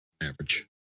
average